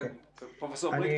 פרופ' בריק,